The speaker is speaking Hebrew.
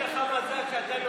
יש לך מזל שאתה נורבגי,